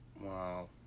Wow